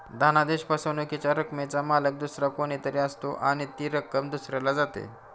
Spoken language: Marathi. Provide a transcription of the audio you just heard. धनादेश फसवणुकीच्या रकमेचा मालक दुसरा कोणी तरी असतो आणि ती रक्कम दुसऱ्याला जाते